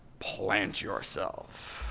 plant yourself.